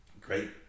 great